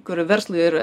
kur verslui ir